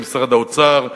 במשרד האוצר,